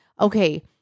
Okay